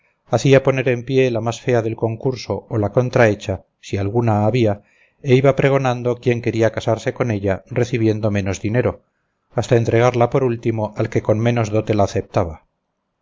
bellas hacía poner en pie la más fea del concurso o la contrahecha si alguna había e iba pregonando quién quería casarse con ella recibiendo menos dinero hasta entregarla por último al que con menos dote la aceptaba